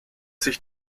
sich